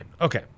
Okay